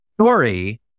story